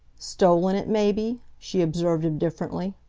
stolen it, maybe, she observed indifferently.